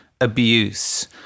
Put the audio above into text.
abuse